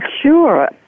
Sure